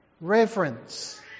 reverence